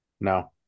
No